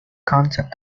concept